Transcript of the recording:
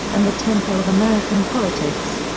and the tempo of american politics.